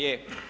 Je.